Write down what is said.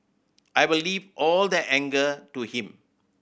I'll leave all the anger to him